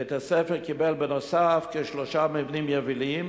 בית-הספר קיבל, בנוסף, כשלושה מבנים יבילים